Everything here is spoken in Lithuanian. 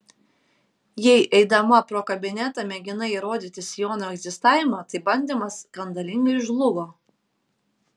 jei eidama pro kabinetą mėginai įrodyti sijono egzistavimą tai bandymas skandalingai žlugo